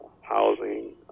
housing